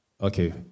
Okay